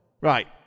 Right